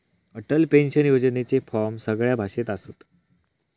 Atal pension योजनेचे form सगळ्या भाषेत असत